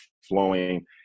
flowing